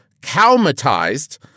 calmatized